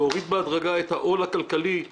להוריד בהדרגה את העול הכלכלי